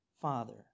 Father